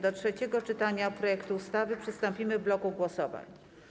Do trzeciego czytania projektu ustawy przystąpimy w bloku głosowań.